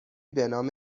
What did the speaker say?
بنام